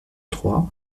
trois